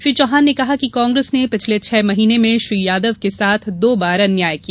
श्री चौहान ने कहा कि कांग्रेस ने पिछले छह महीने में श्री यादव के साथ दो बार अन्याय किया